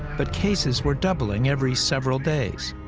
but cases were doubling every several days,